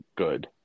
Good